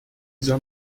soll